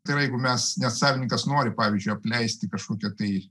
tai yra jeigu mes nes savininkas nori pavyzdžiui apleisti kažkokią tai